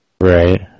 Right